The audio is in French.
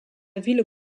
ville